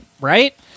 Right